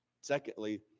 Secondly